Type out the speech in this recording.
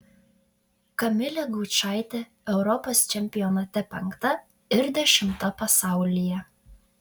kamilė gaučaitė europos čempionate penkta ir dešimta pasaulyje